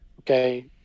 okay